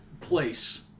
place